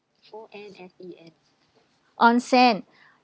onsen